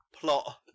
plot